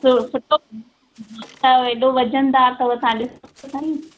सु सुठो अथव हेॾो वज़नदार अथव तव्हां ॾिसो त सही